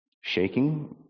shaking